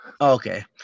Okay